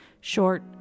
short